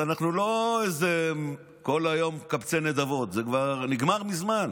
אנחנו לא כל היום מקבצי נדבות, זה כבר נגמר מזמן.